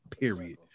period